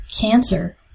Cancer